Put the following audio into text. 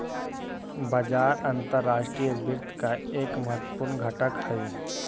बाजार अंतर्राष्ट्रीय वित्त का एक महत्वपूर्ण घटक हई